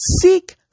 seek